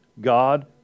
God